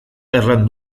erran